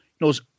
Knows